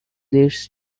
leads